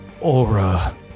aura